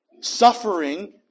Suffering